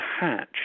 hatch